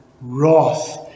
wrath